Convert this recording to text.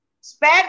spare